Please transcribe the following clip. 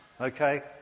Okay